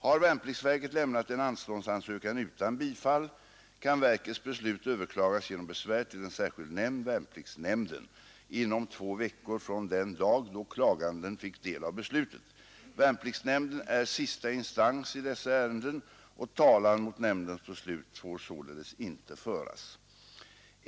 Har värnpliktsverket lämnat en anståndsansökan utan bifall, kan verkets beslut överklagas genom besvär till en särskild nämnd, värnpliktsnämnden, inom två veckor från den dag då klaganden fick del av beslutet. Värnpliktsnämnden är sista instans i dessa ärenden, och talan mot nämndens beslut får således inte föras.